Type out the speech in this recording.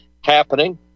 happening